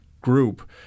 group